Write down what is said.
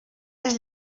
les